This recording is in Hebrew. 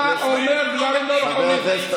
אתה אומר דברים לא נכונים, לגמרי.